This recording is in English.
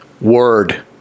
Word